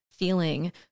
feeling